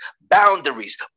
boundaries